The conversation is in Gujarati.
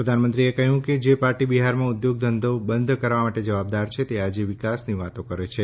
પ્રધાનમંત્રીએ કહ્યું કે જે પાર્ટી બિહારમાં ઉદ્યોગો બંધ કરવા માટે જવાબદાર છે તે જ આજે વિકાસની વાતો કરે છે